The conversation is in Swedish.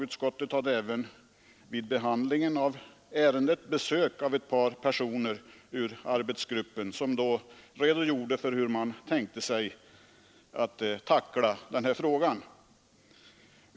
Utskottet fick vid ärendets behandling besök av ett par personer ur arbetsgruppen som redogjorde för hur man tänkte tackla frågan.